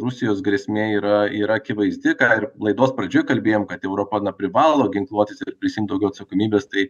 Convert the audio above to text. rusijos grėsmė yra yra akivaizdi ką ir laidos pradžioj kalbėjom kad europa na privalo ginkluotis ir prisiimt daugiau atsakomybės tai